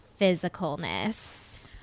physicalness